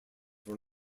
were